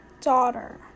daughter